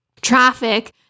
traffic